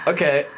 Okay